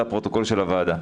זה הפרוטוקול של הוועדה.